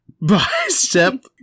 Bicep